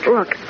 Look